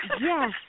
Yes